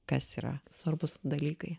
kas yra svarbūs dalykai